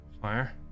fire